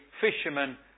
fishermen